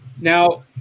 Now